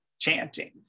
chanting